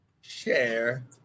share